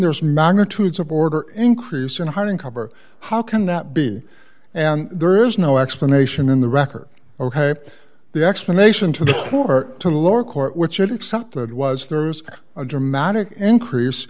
there's magnitudes of order increase in hunting cover how can that be and there is no explanation in the record ok the explanation to the court to lower court which it accepted was there's a dramatic increase